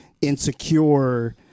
insecure